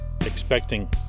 expecting